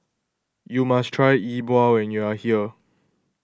you must try E Bua when you are here